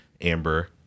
Amber